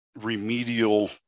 remedial